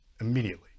immediately